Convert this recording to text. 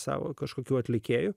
savo kažkokių atlikėjų